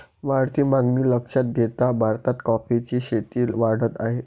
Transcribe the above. वाढती मागणी लक्षात घेता भारतात कॉफीची शेती वाढत आहे